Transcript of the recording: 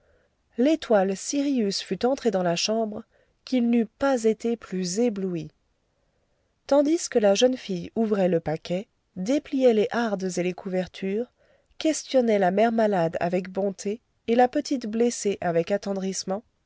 l'étoile sirius fût entrée dans la chambre qu'il n'eût pas été plus ébloui tandis que la jeune fille ouvrait le paquet dépliait les hardes et les couvertures questionnait la mère malade avec bonté et la petite blessée avec attendrissement